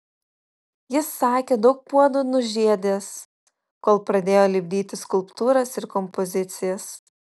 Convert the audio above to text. jis sakė daug puodų nužiedęs kol pradėjo lipdyti skulptūras ir kompozicijas